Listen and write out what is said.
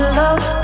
love